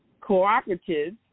cooperative